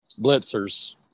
blitzers